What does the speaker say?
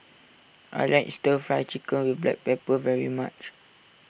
I like Stir Fry Chicken with Black Pepper very much